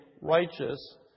righteous